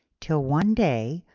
till one day,